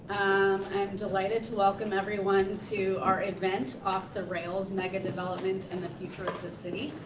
i'm delighted to welcome everyone to our event, off the rails megadevelopment and the future of the city.